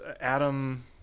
Adam